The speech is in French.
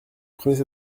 supprimer